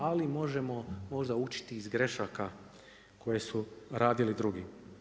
Ali možemo možda učiti iz grešaka koje su radili drugi.